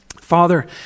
Father